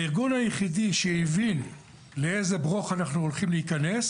הארגון היחידי שהבין לאיזה ברוך אנחנו הולכים להיכנס